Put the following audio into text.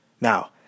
Now